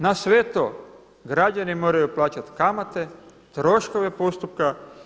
Na sve to građani moraju plaćati kamate, troškove postupka.